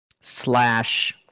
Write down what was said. slash